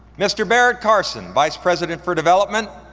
mr. barrett carson, vice president for development.